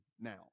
now